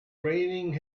raining